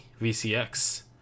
vcx